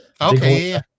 okay